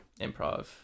improv